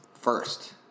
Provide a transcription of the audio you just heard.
first